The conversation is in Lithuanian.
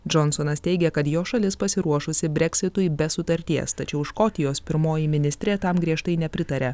džonsonas teigia kad jo šalis pasiruošusi breksitui be sutarties tačiau škotijos pirmoji ministrė tam griežtai nepritaria